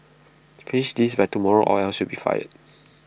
finish this by tomorrow or else you'll be fired